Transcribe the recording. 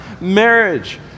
marriage